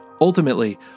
Ultimately